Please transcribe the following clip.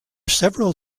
several